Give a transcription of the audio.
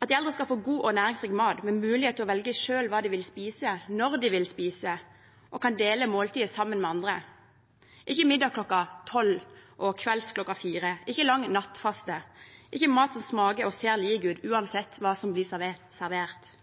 at de eldre skal få god og næringsrik mat med mulighet til å velge selv hva de vil spise, når de vil spise, og kan ha måltidet sammen med andre – ikke middag kl. 12.00 og kvelds kl. 16.00, ikke lang nattfaste, ikke mat som smaker og ser lik ut uansett hva som blir servert,